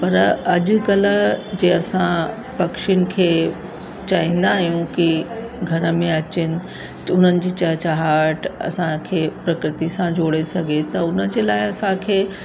पर अॼुकल्ह जे असां पखियुनि खे चाहींदा आहियूं कि घर में अचेनि उन्हनि जी चहचहाट असांखे प्रकृति सां जोड़े सघे त हुनजे लाइ असांखे